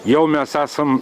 jau mes esam